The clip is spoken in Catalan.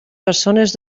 persones